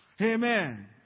Amen